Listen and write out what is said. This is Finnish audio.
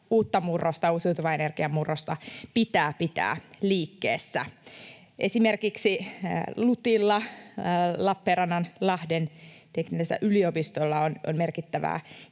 uutta murrosta, uusiutuvan energian murrosta, pitää pitää liikkeessä. Esimerkiksi LUTilla, Lappeenrannan—Lahden teknillisellä yliopistolla, on merkittävää